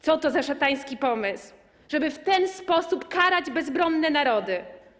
Co to za szatański pomysł, żeby w ten sposób karać bezbronne narody?